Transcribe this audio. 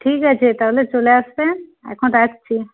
ঠিক আছে তাহলে চলে আসবেন এখন রাখছি